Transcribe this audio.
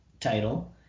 title